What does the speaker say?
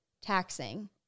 taxing